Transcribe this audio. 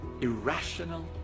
irrational